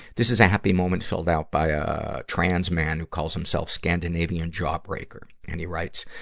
this is a happy moment filled out by a trans man who calls himself scandinavian jawbreaker. and he writes,